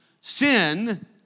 Sin